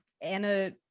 anna